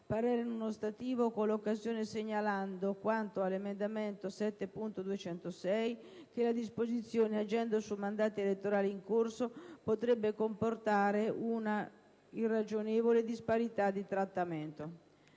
parere non ostativo, con l'occasione segnalando, quanto all'emendamento 7.206, che la disposizione, agendo sui mandati elettorali in corso, potrebbe comportare un'irragionevole disparità di trattamento».